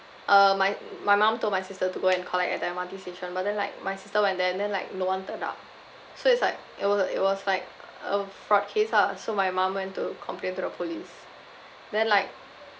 uh my my mum told my sister to go and collect at M_R_T station but then like my sister went there and then like no one turned up so it's like it wa~ it was like a fraud case ah so my mum went to complain to the police then like